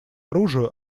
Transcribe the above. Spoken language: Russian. оружию